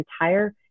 entire